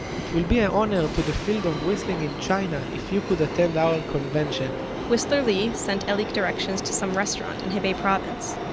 it will be an honor to the field of whistling in china if you could attend our convention whistler li sent elik directions to some restaurant in hebei province.